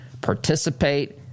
participate